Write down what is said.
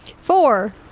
Four